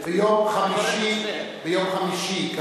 ביום חמישי,